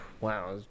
wow